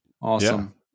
Awesome